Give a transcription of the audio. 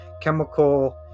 chemical